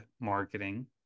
marketing